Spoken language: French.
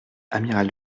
amiral